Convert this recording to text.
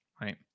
Right